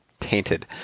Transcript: tainted